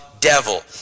devil